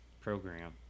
program